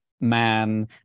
man